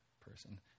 person